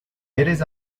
eres